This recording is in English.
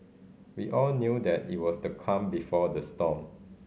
we all knew that it was the calm before the storm